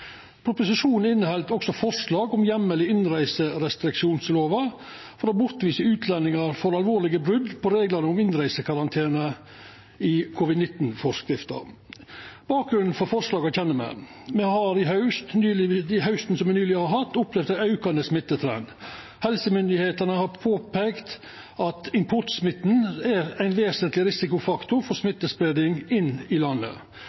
Proposisjonen inneheld også forslag om heimel i innreiserestriksjonslova for å bortvisa utlendingar for alvorlege brot på reglane om innreisekarantene i covid-19-forskrifta. Bakgrunnen for forslaga kjenner me. Me har i haust opplevd ein aukande smittetrend. Helsemyndigheitene har peikt på at importsmitten er ein vesentleg risikofaktor for smittespreiing inn i landet,